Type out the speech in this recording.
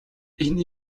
энэ